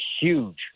huge